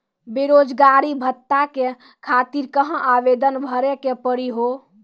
बेरोजगारी भत्ता के खातिर कहां आवेदन भरे के पड़ी हो?